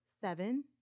seven